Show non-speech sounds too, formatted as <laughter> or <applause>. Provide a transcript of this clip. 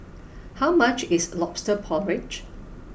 <noise> how much is Lobster Porridge